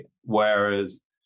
Whereas